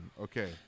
Okay